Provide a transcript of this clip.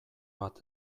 bat